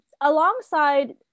alongside